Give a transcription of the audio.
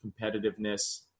competitiveness